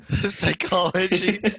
Psychology